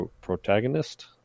protagonist